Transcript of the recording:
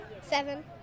Seven